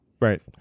right